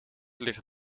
ligt